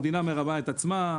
המדינה מרמה את עצמה,